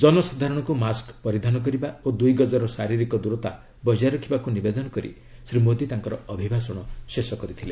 ଜନସାଧାରଣଙ୍କୁ ମାସ୍କ ପରିଧାନ କରିବା ଓ ଦୁଇ ଗଜର ଶାରୀରିକ ଦୂରତା ବଜାୟ ରଖିବାକୁ ନିବେଦନ କରି ଶ୍ରୀ ମୋଦି ତାଙ୍କର ଅଭିଭାଷଣ ଶେଷ କରିଚ୍ଛନ୍ତି